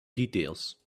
details